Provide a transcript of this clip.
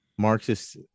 Marxist